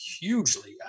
hugely